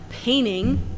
painting